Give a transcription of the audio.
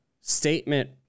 Statement